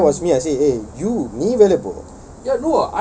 if that was me I'd say eh you நீ வெளில போ:nee wellila poa